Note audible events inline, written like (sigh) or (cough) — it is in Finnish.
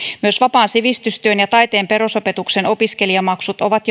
myös vapaan sivistystyön ja taiteen perusopetuksen opiskelijamaksut ovat (unintelligible)